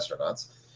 astronauts